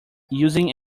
using